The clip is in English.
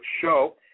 show